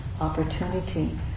opportunity